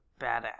badass